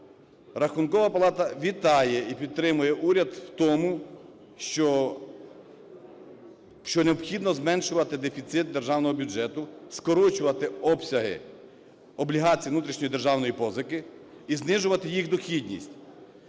Рахункова палата вітає і підтримує уряд в тому, що необхідно зменшувати дефіцит Державного бюджету, скорочувати обсяги облігацій внутрішньої державної позики і знижувати їх дохідність.